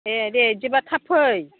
दे दे बिदिबा थाब फै